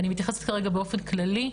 אני מתייחסת כרגע באופן כללי,